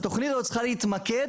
התוכנית הזאת צריכה להתמקד,